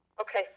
Okay